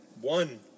one